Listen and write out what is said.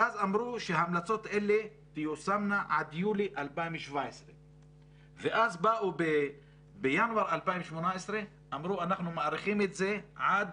ואז אמרו שההמלצות האלה תיושמנה עד יולי 2017. ואז באו בינואר 2018 ואמרו שמאריכים את זה עד